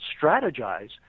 strategize